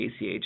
ACH